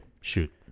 shoot